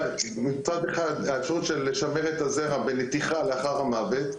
מצד אחד אפשרות של לשמר את הזרע בנתיחה לאחר המוות.